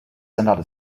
another